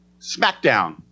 SmackDown